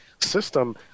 system